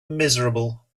miserable